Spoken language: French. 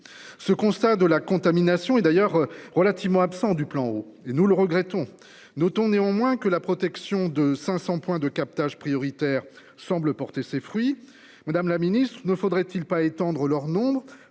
ce constat de la contamination est d'ailleurs relativement absent du plan eau et nous le regrettons notons néanmoins que la protection de 500 points de captage prioritaires semble porter ses fruits. Madame la Ministre, Ne faudrait-il pas étendre leur nombre